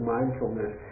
Mindfulness